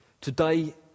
Today